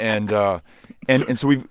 and and and so we